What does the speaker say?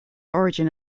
origin